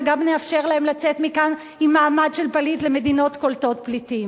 וגם נאפשר להם לצאת מכאן עם מעמד של פליט למדינות קולטות פליטים,